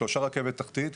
שלושה קווי רכבת תחתית,